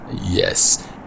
Yes